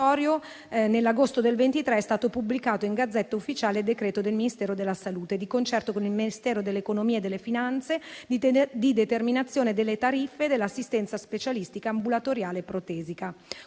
nell'agosto del 2023 è stato pubblicato in Gazzetta Ufficiale il decreto del Ministero della salute, di concerto con il Ministero dell'economia e delle finanze, di determinazione delle tariffe, dell'assistenza specialistica, ambulatoriale e protesica,